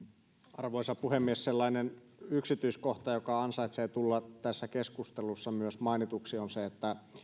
arvoisa puhemies sellainen yksityiskohta joka ansaitsee tulla tässä keskustelussa myös mainituksi on se että